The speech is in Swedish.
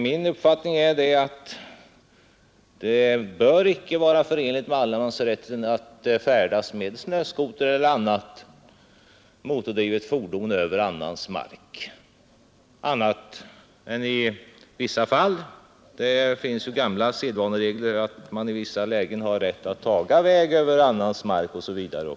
Min uppfattning är att det icke är förenligt med allemansrätten att färdas med snöskoter eller annat motordrivet fordon över annans mark annat än i vissa fall — det finns ju gamla sedvaneregler som säger att man i vissa lägen har rätt att taga väg över annans mark osv.